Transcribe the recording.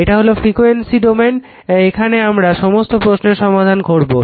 এটা হলো ফ্রিকয়েন্সি ক্ষেত্র এখানে আমরা সমস্ত প্রশ্নের সমাধান করবো